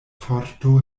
forto